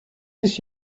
this